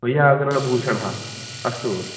वैयाकरणभूषणः अस्तु